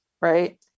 right